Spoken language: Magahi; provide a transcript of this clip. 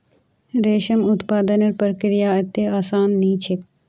रेशम उत्पादनेर प्रक्रिया अत्ते आसान नी छेक